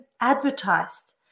advertised